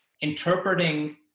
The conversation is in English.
interpreting